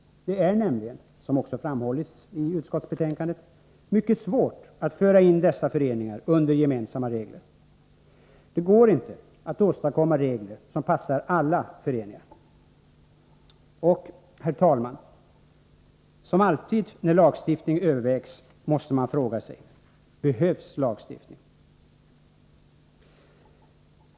Det är nämligen, som också framhålls i utskottsbetänkandet, mycket svårt att föra in dessa föreningar under gemensamma regler. Det går inte att åstadkomma regler som passar alla föreningar. Herr talman! Som alltid när lagstiftning övervägs, måste man fråga sig: Behövs lagstiftning?